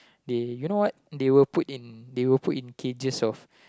they you know what they will put in they will put in cages of